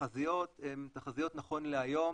שהתחזיות הן תחזיות נכון להיום